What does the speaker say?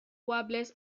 warblers